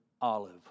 olive